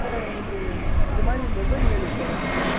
sir எங்களுக்கு இந்தமாதிரி mobile வேணும் சார்